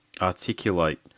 articulate